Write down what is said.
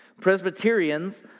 Presbyterians